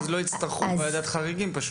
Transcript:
ואז לא יצטרכו ועדת חריגים.